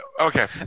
okay